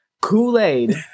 Kool-Aid